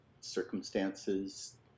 circumstances